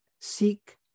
seek